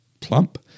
plump